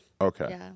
Okay